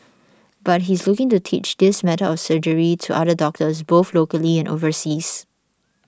but he's looking to teach this method of surgery to other doctors both locally and overseas